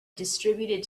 distributed